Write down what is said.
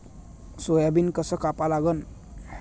Soybean कस कापा लागन?